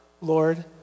Lord